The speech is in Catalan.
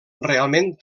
realment